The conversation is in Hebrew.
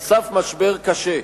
על סף משבר קשה.